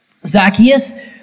Zacchaeus